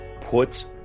puts